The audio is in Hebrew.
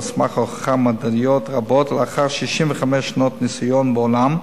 סמך הוכחות מדעיות רבות לאחר 65 שנות ניסיון בעולם.